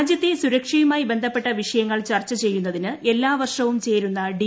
രാജൃത്തെ സുരക്ഷയുമായി ബന്ധപ്പെട്ട വിഷയങ്ങൾ ചർച്ച ചെയ്യുന്നതിന് എല്ലാ വർഷവും ചേരുന്ന ഡി